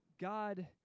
God